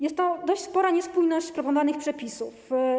Jest tu dość spora niespójność proponowanych przepisów.